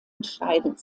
entscheidend